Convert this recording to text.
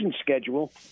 schedule